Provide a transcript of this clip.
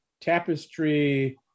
tapestry